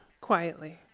Quietly